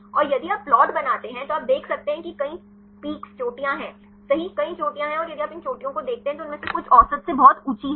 और यदि आप प्लॉट बनाते हैं तो आप देख सकते हैं कि कई चोटियाँ हैंसही कई चोटियाँ हैं और यदि आप इन चोटियों को देखते हैं तो उनमें से कुछ औसत से बहुत ऊँची हैं